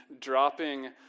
dropping